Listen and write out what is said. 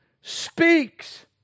speaks